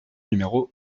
numéro